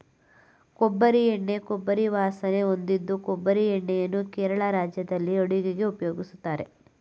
ಕೊಬ್ಬರಿ ಎಣ್ಣೆ ಕೊಬ್ಬರಿ ವಾಸನೆ ಹೊಂದಿದ್ದು ಕೊಬ್ಬರಿ ಎಣ್ಣೆಯನ್ನು ಕೇರಳ ರಾಜ್ಯದಲ್ಲಿ ಅಡುಗೆಗೆ ಉಪಯೋಗಿಸ್ತಾರೆ